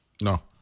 No